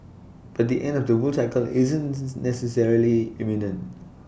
but the end of the bull cycle isn't necessarily imminent